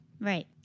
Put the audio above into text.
Right